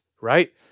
right